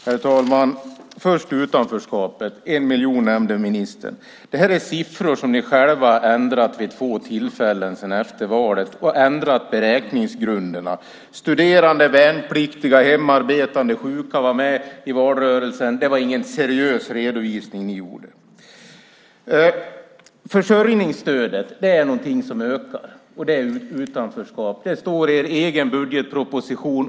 Herr talman! När det gäller utanförskapet nämnde ministern en miljon. Det är siffror som ni själva har ändrat vid två tillfällen sedan valet. Ni har ändrat beräkningsgrunderna. Studerande, värnpliktiga, hemarbetande och sjuka var med i valrörelsen. Det var inte någon seriös redovisning ni gjorde. Försörjningsstödet ökar. Det är utanförskap. Det står i er egen budgetproposition.